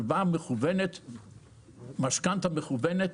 משכנתא מכוונת